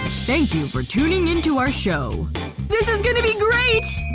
thank you for turning into our show this is gonna be great!